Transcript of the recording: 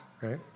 right